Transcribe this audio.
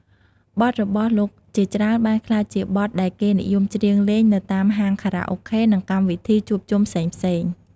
បទរបស់លោកជាច្រើនបានក្លាយជាបទដែលគេនិយមច្រៀងលេងនៅតាមហាងខារ៉ាអូខេនិងកម្មវិធីជួបជុំផ្សេងៗ។